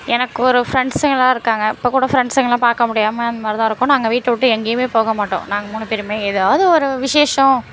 எனக்கு ஒரு ஃப்ரெண்ட்ஸுங்கலாம் இருக்காங்க இப்போ கூட ஃப்ரெண்ட்ஸுங்கலாம் பார்க்க முடியாமல் அந்த மாதிரி தான் இருக்கோம் நாங்கள் வீட்டை விட்டு எங்கேயுமே போக மாட்டோம் நாங்க முணு பேருமே ஏதாவது ஒரு விஷேஷம்